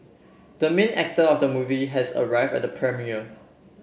the main actor of the movie has arrived at the premiere